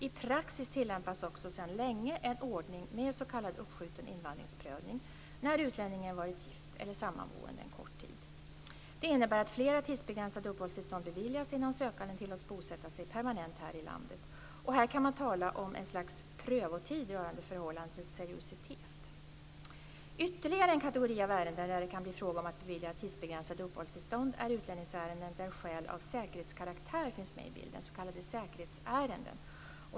I praxis tillämpas också sedan länge en ordning med s.k. uppskjuten invandringsprövning när utlänningen varit gift eller sammanboende en kort tid. Det innebär att flera tidsbegränsade uppehållstillstånd beviljas innan sökanden tillåts bosätta sig permanent här i landet. Här kan man tala om en slags prövotid rörande förhållandets seriositet. Ytterligare en kategori av ärenden där det kan bli fråga om att bevilja tidsbegränsade uppehållstillstånd är utlänningsärenden där skäl av säkerhetskaraktär finns med i bilden, s.k. säkerhetsärenden.